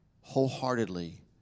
wholeheartedly